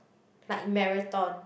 like marathon